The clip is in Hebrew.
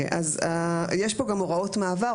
יש פה גם הוראות מעבר.